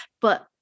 But-